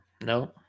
No